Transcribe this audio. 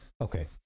Okay